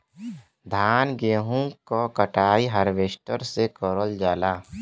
धान गेहूं क कटाई हारवेस्टर से करल जाला